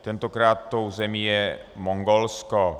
Tentokrát tou zemí je Mongolsko.